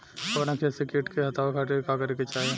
अपना खेत से कीट के हतावे खातिर का करे के चाही?